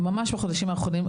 ממש בחודשים האחרונים.